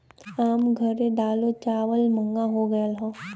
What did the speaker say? आम घर ए दालो चावल महंगा हो गएल हौ